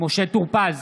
משה טור פז,